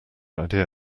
idea